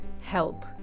help